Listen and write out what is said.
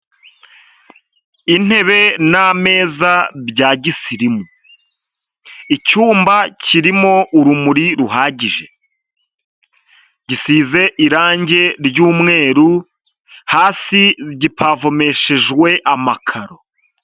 Intebe n'ameza bya gisirimu. Icyumba kirimo urumuri ruhagije, gisize irange ry'umweru hasi gipavomeshejwe amakaro.